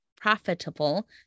profitable